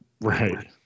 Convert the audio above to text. Right